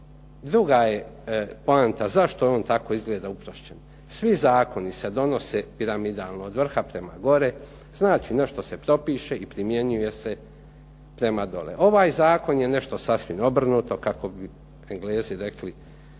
Druga je poanta zašto on tako izgleda uprošćen. Svi zakoni se donose piramidalno od vrha prema gore, znači nešto se dopiše i primjenjuje se prema dole. Ovaj zakon je nešto sasvim obrnuto kako bi Englezi rekli